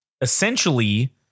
essentially